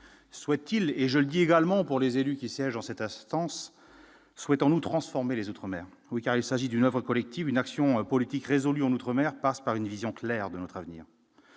souhaite-t-il, et je le dis également pour les élus qui siègent dans cette instance souhaitant nous transformer les Outre- mer oui car il s'agit d'une oeuvre collective, une action politique résolue en mer passe par une vision claire de notre avenir